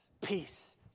peace